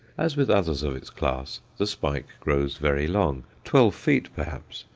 as with others of its class, the spike grows very long, twelve feet perhaps,